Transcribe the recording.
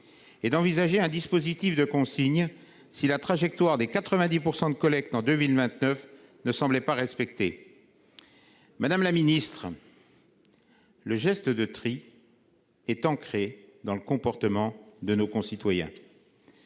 et d'envisager un dispositif de consigne si la trajectoire des 90 % de collecte en 2029 ne semblait pas respectée. Madame la secrétaire d'État, le geste de tri est ancré dans le comportement de nos concitoyens.